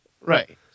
Right